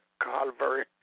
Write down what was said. Calvary